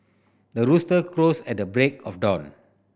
the rooster crows at the break of dawn